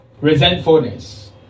Resentfulness